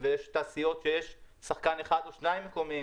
ויש תעשיות שיש שחקן אחד או שניים מקומיים.